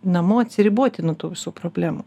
namo atsiriboti nuo tų visų problemų